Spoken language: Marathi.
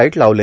लाईट लावले